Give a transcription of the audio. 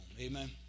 Amen